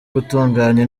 gutunganya